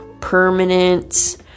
permanent